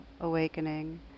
awakening